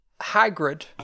Hagrid